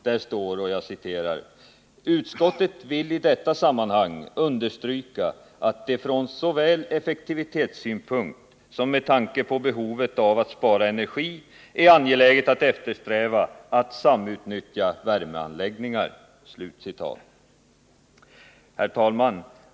Där står: ”Utskottet vill i detta sammanhang understryka att det från såväl effektivitetssynpunkt som med tanke på behovet att spara energi är angeläget att eftersträva att samutnyttja Herr talman!